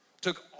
Took